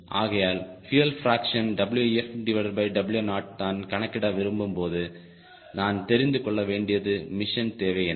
ஆகையால் fuel fraction WfW0 நான் கணக்கிட விரும்பும் போது நான் தெரிந்து கொள்ள வேண்டியது மிஷன் தேவை என்ன